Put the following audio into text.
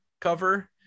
cover